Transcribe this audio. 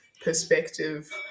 perspective